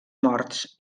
morts